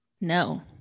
No